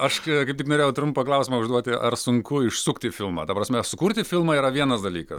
aš ka kaip numiriau trumpą klausimą užduoti ar sunku išsukti filmą ta prasme sukurti filmą yra vienas dalykas